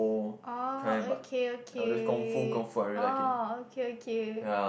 oh okay okay oh okay okay